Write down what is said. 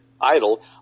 idle